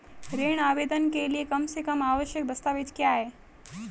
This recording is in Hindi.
ऋण आवेदन के लिए कम से कम आवश्यक दस्तावेज़ क्या हैं?